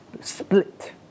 split